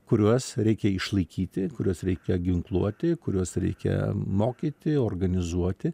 kuriuos reikia išlaikyti kuriuos reikia ginkluoti kuriuos reikia mokyti organizuoti